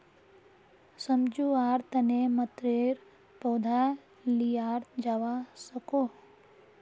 सम्झुआर तने मतरेर पौधा लियाल जावा सकोह